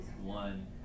one